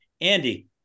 Andy